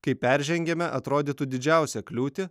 kai peržengiame atrodytų didžiausią kliūtį